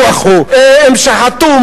הם שחטו,